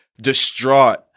distraught